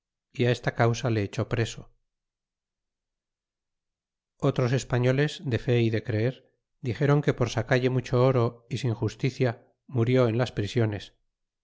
y esta causa le echó preso otros españoles de fe y de creer dixéron que por sacalle mucho oro é sin justicia murió en las prisiones